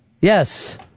Yes